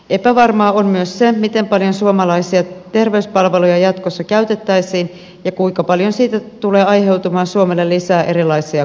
epävarmaa on myös se miten paljon suomalaisia terveyspalveluja jatkossa käytettäisiin ja kuinka paljon siitä tulee aiheutumaan suomelle lisää erilaisia kustannuksia